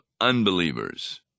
unbelievers